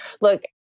Look